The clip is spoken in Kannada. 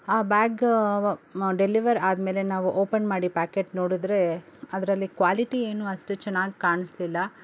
ಆ ಬ್ಯಾಗ್ ಡೆಲಿವರ್ ಆದಮೇಲೆ ನಾವು ಓಪನ್ ಮಾಡಿ ಪ್ಯಾಕೇಟ್ ನೋಡಿದ್ರೆ ಅದರಲ್ಲಿ ಕ್ವಾಲಿಟಿ ಏನೂ ಅಷ್ಟು ಚೆನ್ನಾಗಿ ಕಾಣಿಸ್ಲಿಲ್ಲ